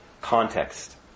context